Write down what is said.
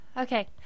Okay